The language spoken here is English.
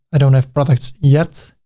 i don't have products yet.